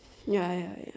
ya ya ya